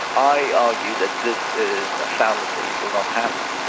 i argue that this is a fallacy, will not happen,